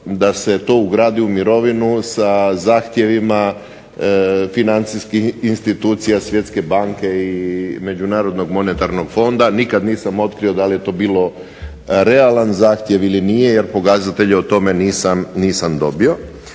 da se to ugradi u mirovinu sa zahtjevima financijskih institucija svjetske banke i Međunarodnog monetarnog fonda. Nikada nisam otkrio da je to bilo realan zahtjev ili nije, jer pokazatelje o tome nisam dobio.